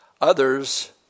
others